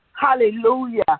Hallelujah